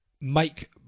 Mike